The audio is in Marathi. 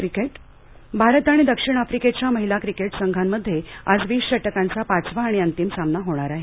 क्रिकेटः भारत आणि दक्षिण अफ्रिकेच्या महिला क्रिकेट संघांमध्ये आज वीस षटकांचा पाचवा आणि अंतिम सामना होणार आहे